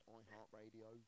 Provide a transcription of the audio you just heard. iHeartRadio